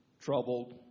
troubled